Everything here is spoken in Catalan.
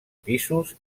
pisos